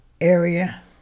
area